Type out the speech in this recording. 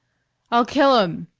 i'll kill him,